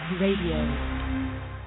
Radio